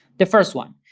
the first one,